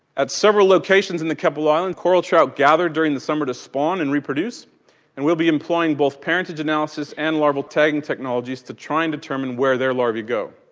at several locations in the keppel island coral trout gather during the summer to spawn and reproduce and we'll be employing both parentage analysis and larval tag technologies to try and determine where their larvae go.